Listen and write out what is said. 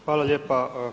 Hvala lijepa.